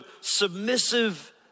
submissive